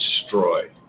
destroyed